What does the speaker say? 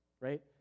right